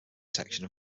section